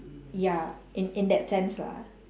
ya in in that sense lah